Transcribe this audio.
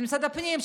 של משרד הפנים,